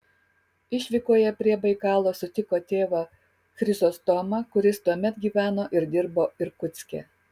išvykoje prie baikalo sutiko tėvą chrizostomą kuris tuomet gyveno ir dirbo irkutske